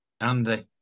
Andy